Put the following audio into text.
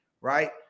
right